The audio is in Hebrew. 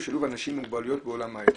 שילוב אנשים עם מוגבלויות בעולם ההייטק.